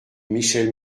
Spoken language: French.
michel